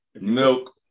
Milk